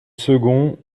second